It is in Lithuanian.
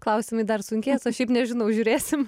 klausimai dar sunkės o šiaip nežinau žiūrėsim